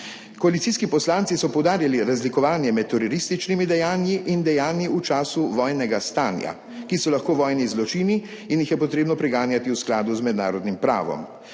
Koalicijski poslanci so poudarjali razlikovanje med terorističnimi dejanji in dejanji v času vojnega stanja, ki so lahko vojni zločini in jih je potrebno preganjati v skladu z mednarodnim pravom.